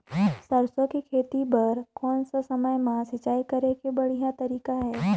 सरसो के खेती बार कोन सा समय मां सिंचाई करे के बढ़िया तारीक हे?